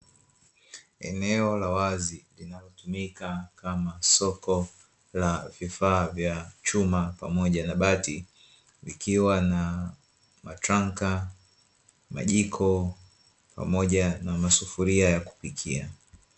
Eneo la wazi linalotumika kama soko la vifaa vya chuma pamoja na bati likiwa na matranka, majiko pamoja na masufuria ya kupikia.